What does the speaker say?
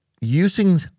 using